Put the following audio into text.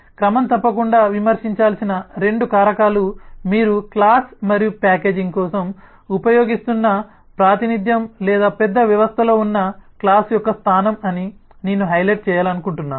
క్రమం తప్పకుండా విమర్శించాల్సిన రెండు కారకాలు మీరు క్లాస్ మరియు ప్యాకేజింగ్ కోసం ఉపయోగిస్తున్న ప్రాతినిధ్యం లేదా పెద్ద వ్యవస్థలో ఉన్న క్లాస్ యొక్క స్థానం అని నేను హైలైట్ చేయాలనుకుంటున్నాను